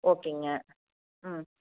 ஓகேங்க ம்